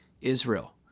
Israel